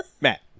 Matt